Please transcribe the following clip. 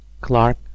Clark